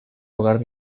lugar